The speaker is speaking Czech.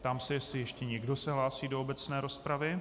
Ptám se, jestli ještě někdo se hlásí do obecné rozpravy.